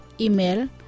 Email